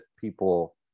people